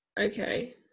Okay